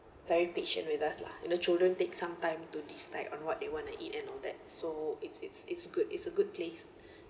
very patient with us lah you know children take some time to decide on what they want to eat and all that so it's it's it's good it's a good place